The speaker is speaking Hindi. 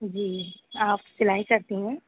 जी आप सिलाई करती हैं